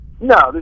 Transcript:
No